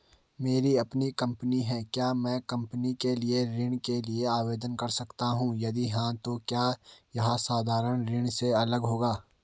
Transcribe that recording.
मेरी अपनी कंपनी है क्या मैं कंपनी के लिए ऋण के लिए आवेदन कर सकता हूँ यदि हाँ तो क्या यह साधारण ऋण से अलग होगा?